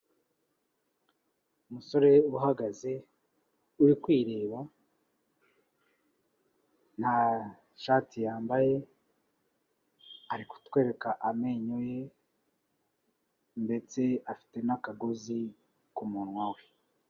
Umusore uhagaze, uri kwireba, ntashati yambaye, ari kutwereka amenyo ye ndetse afite n'akagozi ku munwa we.